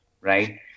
right